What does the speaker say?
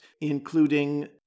including